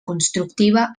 constructiva